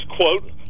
quote